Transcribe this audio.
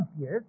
Yes